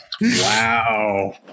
Wow